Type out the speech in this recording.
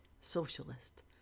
socialist